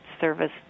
service